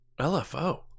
LFO